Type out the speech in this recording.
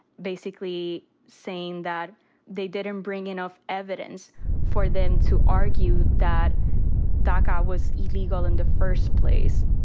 basically saying that they didn't bring enough evidence for them to argue that daca was illegal in the first place.